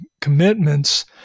commitments